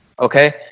Okay